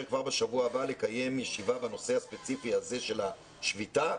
כבר בשבוע הבא לקיים ישיבה בנושא הספציפי הזה של השביתה,